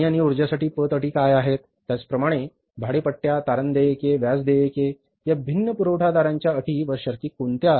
पाणी आणि उर्जासाठी पत अटी काय आहेत त्याचप्रमाणे भाडेपट्ट्या तारण देयके व्याज देयके या भिन्न पुरवठादारांच्या अटी व शर्ती कोणत्या आहेत